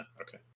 okay